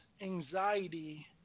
anxiety